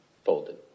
folded